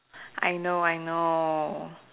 I know I know